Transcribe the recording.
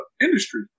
industry